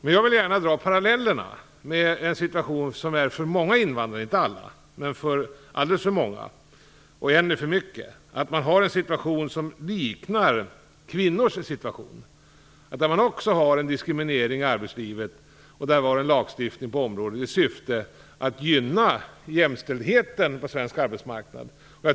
Men jag vill gärna dra en parallell mellan den situation som många invandrare har - inte alla, men alldeles för många och redan en är för mycket - och kvinnors situation. För deras del finns också en diskriminering i arbetslivet, och vi har en lagstiftning på området i syfte att gynna jämställdheten på svensk arbetsmarknad.